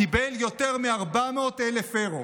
קיבל יותר מ-400,000 אירו.